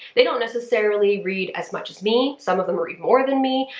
they don't necessarily read as much as me, some of them read more than me.